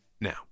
Now